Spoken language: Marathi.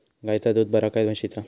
गायचा दूध बरा काय म्हशीचा?